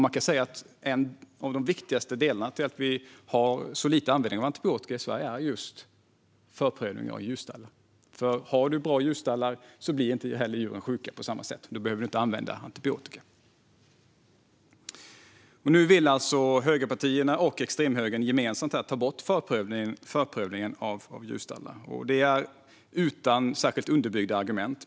Man kan säga att en av de viktigaste delarna i att vi har så lite användning av antibiotika i Sverige är just förprövning av djurstallar. Har du bra djurstallar blir heller inte djuren sjuka på samma sätt, och då behöver du inte använda antibiotika. Nu vill alltså högerpartierna och extremhögern gemensamt ta bort förprövningen av djurstallar, och det utan särskilt underbyggda argument.